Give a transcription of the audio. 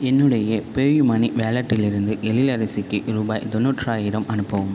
என்னுடைய பேயூமனி வேலட்டிலிருந்து எழிலரசிக்கு ரூபாய் தொண்ணூராயிரம் அனுப்பவும்